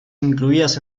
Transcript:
incluidas